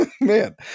man